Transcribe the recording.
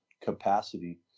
capacity